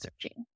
searching